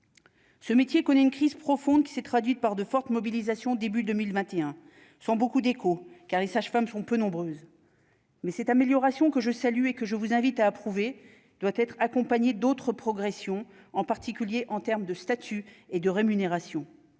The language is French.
Ce métier connaît une crise profonde qui s'est traduite par de fortes mobilisations début 2021 sont beaucoup d'écho car les sages-femmes sont peu nombreuses. Mais cette amélioration que je salue et que je vous invite à approuver doit être accompagné d'autres progressions en particulier en termes de statut et de rémunérations,